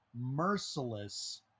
merciless